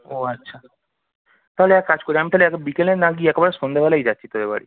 ও আচ্ছা তাহলে এক কাজ করি আমি তাহলে এক বিকেলে না গিয়ে একেবারে সন্ধ্যাবেলাই যাচ্ছি তোদের বাড়ি